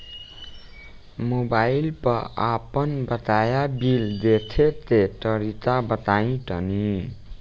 Mobile पर आपन बाकाया बिल देखे के तरीका बताईं तनि?